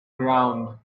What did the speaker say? ground